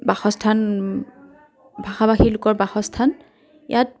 বাসস্থান ভাষা ভাষী লোকৰ বাসস্থান ইয়াত